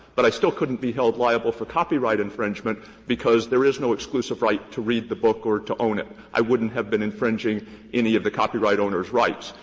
but i still couldn't be held liable for copyright infringement because there is no exclusive right to read the book or to own it. i wouldn't have been infringing any of the copyright owner's rights.